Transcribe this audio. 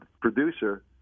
producer